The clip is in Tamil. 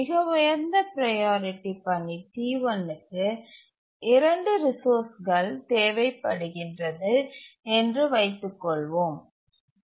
மிக உயர்ந்த ப்ரையாரிட்டி பணி T1 க்கு 2 ரிசோர்ஸ்கள் தேவை என்று வைத்துக் கொள்வோம்